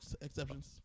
exceptions